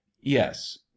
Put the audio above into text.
yes